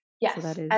Yes